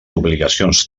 obligacions